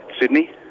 Sydney